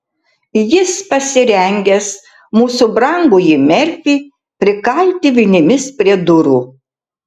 jis pasirengęs mūsų brangųjį merfį prikalti vinimis prie durų